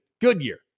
Goodyear